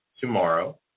tomorrow